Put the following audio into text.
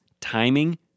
timing